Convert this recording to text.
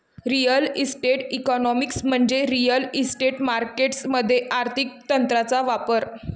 real estate economics म्हणजे real estate markets मध्ये आर्थिक तंत्रांचा वापर